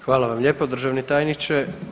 Hvala vam lijepo državni tajniče.